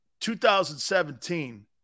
2017